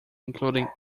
including